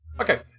Okay